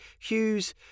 Hughes